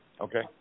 Okay